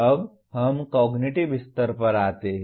अब हम कॉग्निटिव स्तर पर आते हैं